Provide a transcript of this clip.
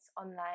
online